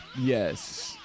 yes